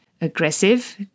aggressive